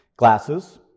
Glasses